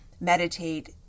meditate